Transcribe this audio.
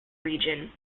region